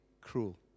cruel